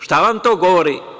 Šta vam to govori?